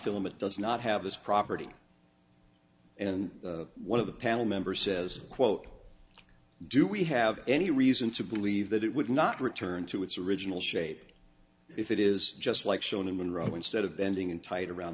monofilament does not have this property and one of the panel member says quote do we have any reason to believe that it would not return to its original shape if it is just like shown in monroe instead of bending in tight around